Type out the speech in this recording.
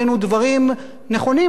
אבל זה נכון לא רק לגבי השלטון,